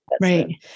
Right